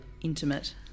intimate